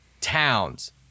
Towns